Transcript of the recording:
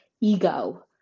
ego